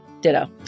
Ditto